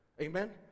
Amen